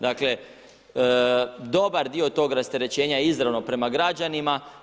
Dakle, dobar dio tog rasterećenja je izravno prema građanima.